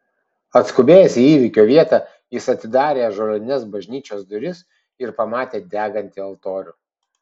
atskubėjęs į įvykio vietą jis atidarė ąžuolines bažnyčios duris ir pamatė degantį altorių